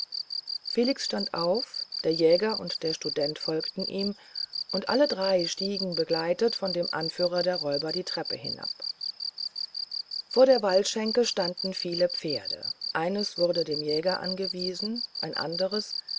felix stand auf der jäger und der student folgten ihm und alle drei stiegen begleitet von dem anführer der räuber die treppe hinab vor der waldschenke standen viele pferde eines wurde dem jäger angewiesen ein anderes